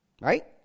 right